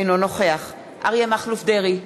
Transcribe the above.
אינו נוכח אריה מכלוף דרעי,